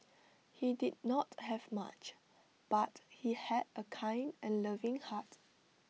he did not have much but he had A kind and loving heart